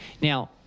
Now